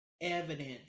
evidence